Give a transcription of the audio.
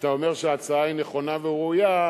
כשאתה אומר שההצעה היא נכונה וראויה,